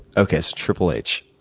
okay, so triple h.